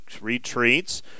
retreats